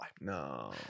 No